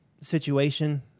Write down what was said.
situation